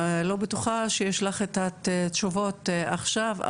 אני לא בטוחה שיש לך את התשובות עכשיו,